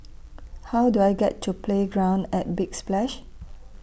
How Do I get to Playground At Big Splash